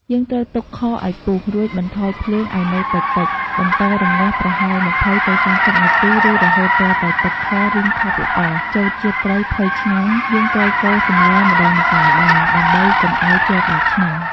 យើងត្រូវទុកខឱ្យពុះ រួចបន្ថយភ្លើងឱ្យនៅតិចៗ បន្តរម្ងាស់ប្រហែល ២០ ទៅ ៣០ នាទី ឬរហូតទាល់តែទឹកខរីងខាប់ល្អ ចូលជាតិត្រីផុយឆ្ងាញ់ យើងត្រូវកូរសម្លម្ដងម្កាលដែរ ដើម្បីកុំឱ្យជាប់បាតឆ្នាំង។